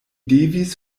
devis